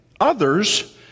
others